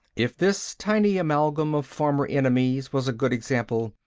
if this tiny amalgam of former enemies was a good example,